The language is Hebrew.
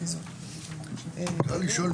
ואני עכשיו עברתי לעמוד 4 לסעיף 7,